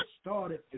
started